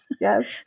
yes